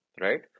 right